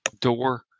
door